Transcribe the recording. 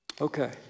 Okay